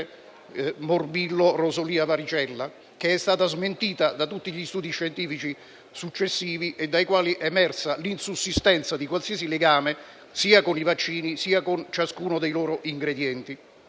(morbillo, rosolia, varicella), che è stata smentita da tutti gli studi scientifici successivi dai quali è emersa l'insussistenza di qualsiasi legame sia con i vaccini sia con alcuni dei loro ingredienti.